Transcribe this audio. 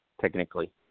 technically